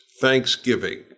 Thanksgiving